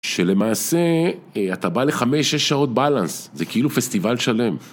שלמעשה אתה בא ל 5-6 שעות בלנס, זה כאילו פסטיבל שלם.